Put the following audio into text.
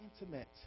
intimate